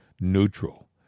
neutral